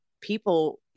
people